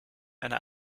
einer